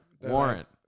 warrant